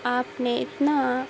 آپ نے اتنا